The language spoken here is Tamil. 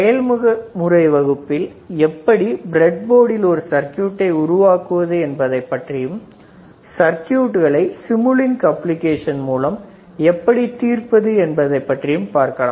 செயல்முறை வகுப்பில் எப்படி பிரட் போர்டில் ஒரு சர்க்யூட் ஐ உருவாக்குவது என்பதை பற்றியும் சர்க்யூட்களை சிம்லின்க் அப்ளிகேஷன் மூலம் எப்படி தீர்ப்பது என்பதை பற்றியும் பார்க்கலாம்